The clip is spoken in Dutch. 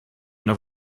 nog